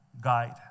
guide